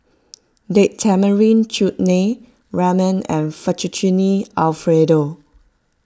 Date Tamarind Chutney Ramen and Fettuccine Alfredo